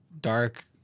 dark